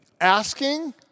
Asking